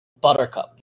Buttercup